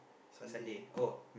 Sunday